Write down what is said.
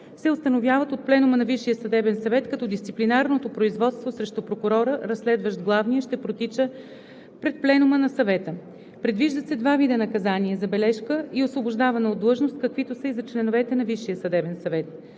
се установяват от Пленума на Висшия съдебен съвет, като дисциплинарното производство срещу прокурора, разследващ главния, ще протича пред Пленума на Съвета. Предвиждат се два вида наказание – забележка и освобождаване от длъжност, каквито са и за членовете на